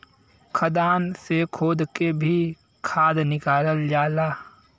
खदान से खोद के भी खाद निकालल जाला